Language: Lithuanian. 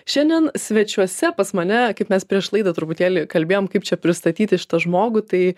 šiandien svečiuose pas mane kaip mes prieš laidą truputėlį kalbėjom kaip čia pristatyti šitą žmogų tai